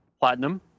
platinum